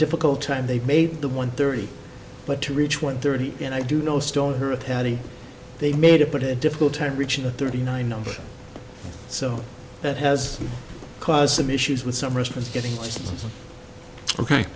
difficult time they've made the one thirty but to reach one thirty and i do know stone her patty they made it but it difficult time reaching the thirty nine number so that has caused some issues with some restaurants getting